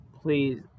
Please